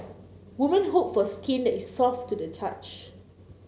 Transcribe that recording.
women hope for skin that is soft to the touch